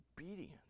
obedience